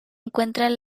encuentran